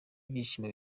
ibyishimo